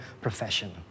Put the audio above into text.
profession